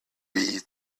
read